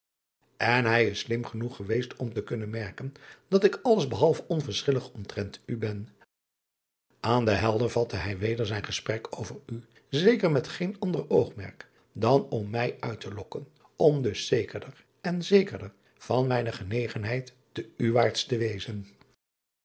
n hij is slim genoeg geweest om op te kunnen merken dat ik alles behalve onverschillig omtrent u ben an de elder hervatte hij weder zijn gesprek over u zeker met geen an driaan oosjes zn et leven van illegonda uisman der oogmerk dan om mij uit te lokken om dus zekerder en zekerder van mijne genegenheid te uwaarts te wezen